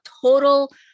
total